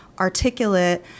Articulate